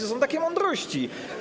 To są takie mądrości.